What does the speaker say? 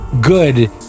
good